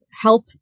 help